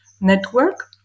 network